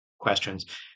questions